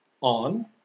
on